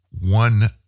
one